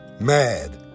mad